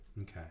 Okay